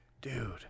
Dude